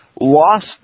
lost